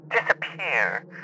disappear